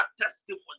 testimony